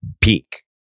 peak